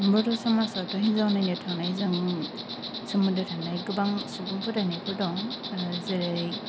बर' समाज आवथ' हिन्जाव नायनो थांनाय जों सोमोन्दो थानाय गोबां सुबुं फोथायनायफोर दं जेरै